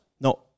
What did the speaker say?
No